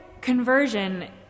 conversion